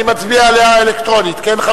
אני מצביע אלקטרונית, כן?